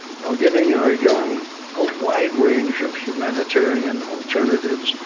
while giving our young a wide range of humanitarian alternatives,